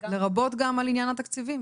--- לרבות גם על עניין התקציבים.